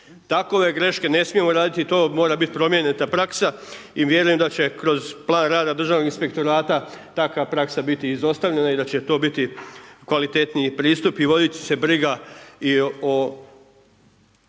Takove greške ne smijemo raditi i to mora biti promijenita praksa i vjerujem da će kroz plan rada državnog inspektorata, takva praksa biti izostavljena i da će to biti kvalitetniji pristup i vodit će se briga i o